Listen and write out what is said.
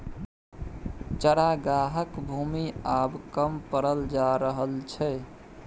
चरागाहक भूमि आब कम पड़ल जा रहल छै